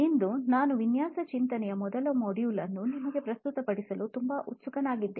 ಇಂದು ನಾನು ವಿನ್ಯಾಸ ಚಿಂತನೆಯ ಮೊದಲ ಮಾಡ್ಯೂಲ್ ಅನ್ನು ನಿಮಗೆ ಪ್ರಸ್ತುತಪಡಿಸಲು ತುಂಬಾ ಉತ್ಸುಕನಾಗಿದ್ದೇನೆ